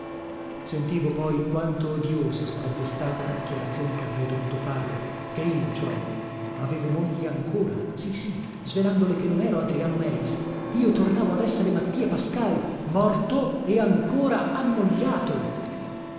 sentivo poi quanto odiosa sarebbe stata la dichiarazione che avrei dovuto farle che io cioè avevo moglie ancora sì sì svelandole che non ero adriano meis io tornavo ad essere mattia pascal